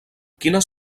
quines